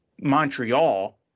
Montreal